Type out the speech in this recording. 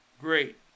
great